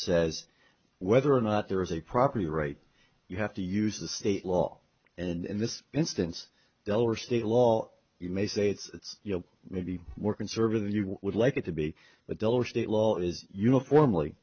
says whether or not there is a property right you have to use the state law and in this instance delaware state law you may say it's you know maybe more conservative than you would like it to be the delaware state law is uniformly